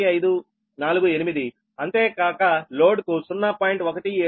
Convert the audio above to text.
1548అంతేకాక load కు 0